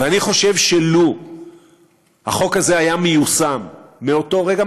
ואני חושב שלו החוק הזה היה מיושם מאותו רגע,